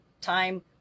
time